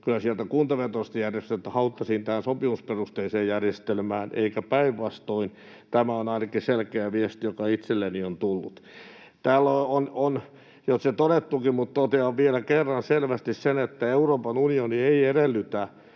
tulee, kuntavetoiset järjestöt haluttaisiin sopimusperusteiseen järjestelmään eikä päinvastoin. Tämä on ainakin selkeä viesti, joka itselleni on tullut. Täällä on se jo todettukin, mutta totean vielä kerran selvästi sen, että Euroopan unioni ei edellytä